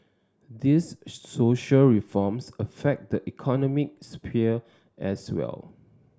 these social reforms affect the economic sphere as well